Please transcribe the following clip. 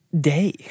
day